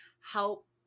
help